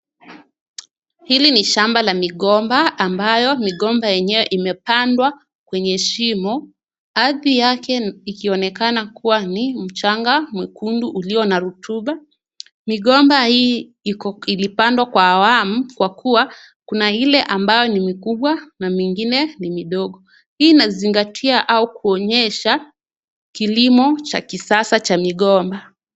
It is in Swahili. Hili ni shamba la migomba ambayo migomba yenyewe imepandwa kwenye shimo ardhi yake ikionekana kuwa ni mchanga mwekundu ulio na rotuba. Migomba hii ilipandwa kwa awamu kwa kuwa kuna ile mbayo ni mikubwa na mingine ni midogo. Hii inazingatia au kuonyesha kilimo cha kisasa cha migomba.